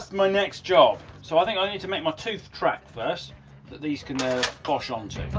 my next job so i think i need to make my tooth track first that these can push onto.